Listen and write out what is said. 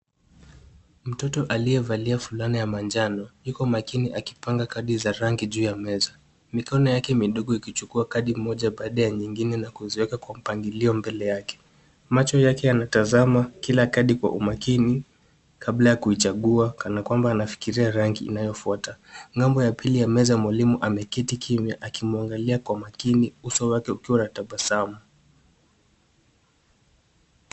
Mtoto aliyevalia fulani ya manjano iko makini akipanga kadi za rangi juu ya meza, mikono yake midogo ikichukua kadi moja baadaye ya nyingine na kuziweka kwa mpangilio mbele yake, macho yake yanatazama kila kadi kwa umakini kabla ya kuichagua kana kwamba anafikiria rangi inayofuata ,ngambo ya pili mwalimu ameketi kimya akimwangalia kwa makini uso wake ukiwa na tabasamu.